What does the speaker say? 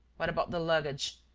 what about the luggage?